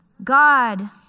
god